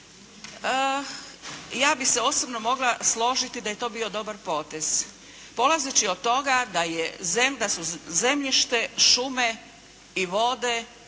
ja bih se osobno mogla složiti da je to bio dobar potez. Polazeći od toga da je, da su zemljište, šume i vode